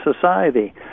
society